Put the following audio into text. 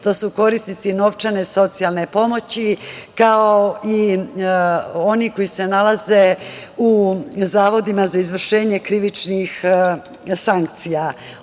to su korisnici novčane socijalne pomoći, kao i oni koji se nalaze u zavodima za izvršenje krivičnih sankcija. Osam